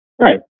Right